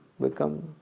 become